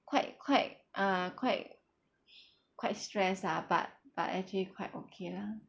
quite quite uh quite quite stressed lah but but actually quite okay lah